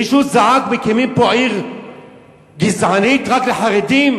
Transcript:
מישהו זעק: מקימים פה עיר גזענית רק לחרדים?